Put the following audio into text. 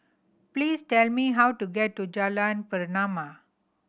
please tell me how to get to Jalan Pernama